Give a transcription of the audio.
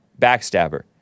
Backstabber